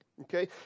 Okay